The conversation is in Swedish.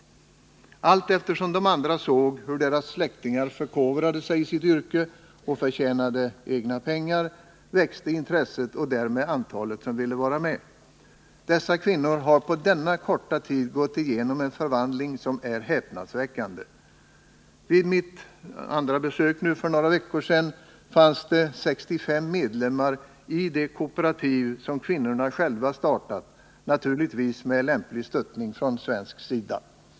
Allteftersom de andra såg hur deras släktingar förkovrade sig i sitt yrke och förtjänade egna pengar växte intresset och därmed antalet som ville vara med. Dessa kvinnor har på denna korta tid gått igenom en förvandling som är häpnadsväckande. Vid mitt andra besök, för några veckor sedan, fanns det 65 medlemmar i det kooperativ som kvinnorna själva startat — naturligtvis med lämplig stöttning från svensk sida.